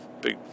big